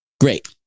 Great